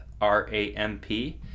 R-A-M-P